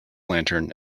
lantern